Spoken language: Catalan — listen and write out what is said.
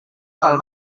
pel